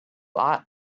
ought